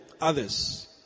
others